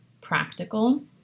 practical